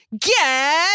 Get